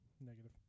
Negative